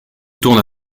tourne